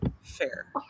Fair